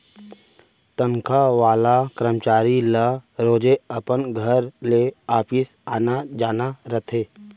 तनखा वाला करमचारी ल रोजे अपन घर ले ऑफिस आना जाना रथे